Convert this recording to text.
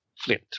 Flint